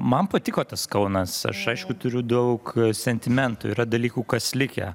man patiko tas kaunas aš aišku turiu daug sentimentų yra dalykų kas likę